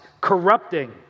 corrupting